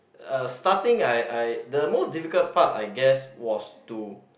uh starting I I the most difficult part I guess was to